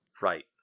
Right